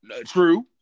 True